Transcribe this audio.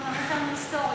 אתה מלמד אותנו היסטוריה.